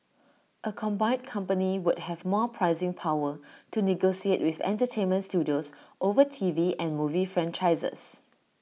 A combined company would have more pricing power to negotiate with entertainment studios over T V and movie franchises